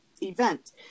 event